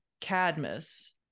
Cadmus